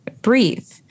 Breathe